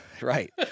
right